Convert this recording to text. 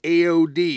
AOD